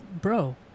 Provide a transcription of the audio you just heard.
bro